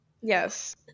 Yes